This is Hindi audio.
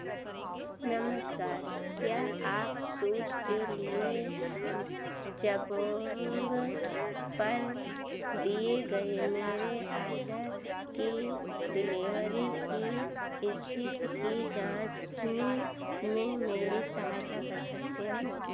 नमस्कार क्या आप सूट के लिए जबोग पर दिए गए मेरे ऑर्डर की डिलीवरी की स्थिति की जाँचने में मेरी सहायता कर सकते हैं